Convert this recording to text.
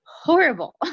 horrible